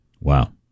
Wow